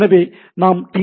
எனவே நாம் டி